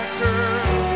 girl